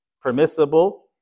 permissible